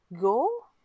go